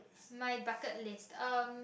my bucket list um